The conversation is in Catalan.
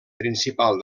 principal